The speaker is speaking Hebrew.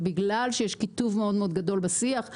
בגלל שיש קיטוב מאוד גדול בשיח.